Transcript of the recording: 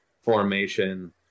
formation